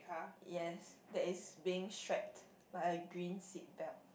yes that is being strapped by a green seatbelt